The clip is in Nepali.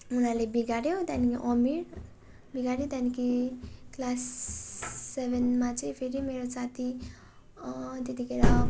उनीहरूले बिगार्यो त्यहाँदेखि अमीर बिगार्यो त्यहाँदेखि क्लास सेभेनमा चाहिँ फेरि मेरो साथी त्यतिखेर